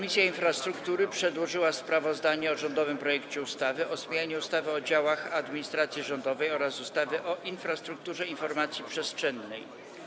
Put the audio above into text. Komisja Infrastruktury przedłożyła sprawozdanie o rządowym projekcie ustawy o zmianie ustawy o działach administracji rządowej oraz ustawy o infrastrukturze informacji przestrzennej.